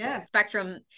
spectrum